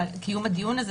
על קיום הדיון הזה,